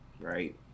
right